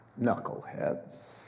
knuckleheads